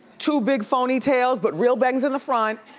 two big phony tails but real bangs in the front,